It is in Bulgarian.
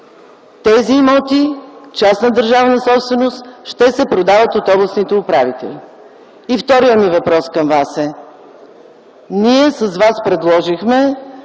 тези имоти - частна държавна собственост, ще се продават от областните управители. И вторият ми въпрос към Вас е: ние с Вас предложихме